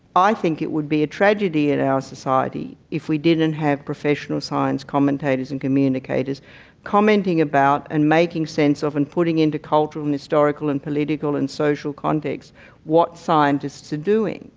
i think it would be a tragedy in our society if we didn't have professional science commentators and communicators commenting about and making sense of and putting into cultural and historical and political and social context what scientists are doing,